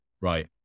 Right